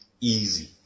easy